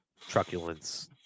truculence